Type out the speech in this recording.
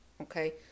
okay